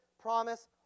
promise